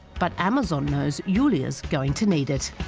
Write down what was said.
but amazon knows julia's going to need it